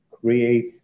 create